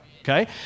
Okay